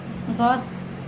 গছ